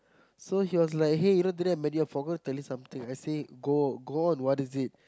so he was like hey you know today I met you I forgot to tell you something I said go go on what is it